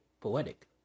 poetic